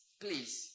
please